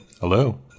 Hello